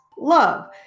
love